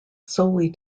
solely